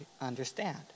understand